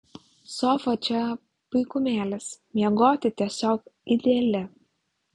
sofa čia puikumėlis miegoti tiesiog ideali